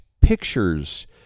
pictures